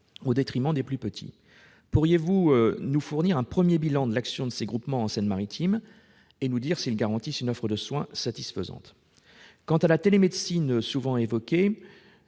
au détriment des plus petits. Pourriez-vous, madame la secrétaire d'État, nous fournir un premier bilan de l'action de ces groupements en Seine-Maritime et nous dire s'ils garantissent une offre de soins satisfaisante ? Quant à la télémédecine, souvent évoquée,